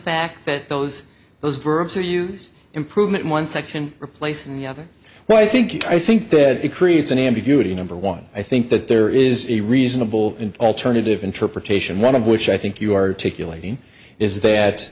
fact that those those verbs are used improvement one section replacing the other well i think i think that it creates an ambiguity number one i think that there is a reasonable an alternative interpretation one of which i think you are taking lane is that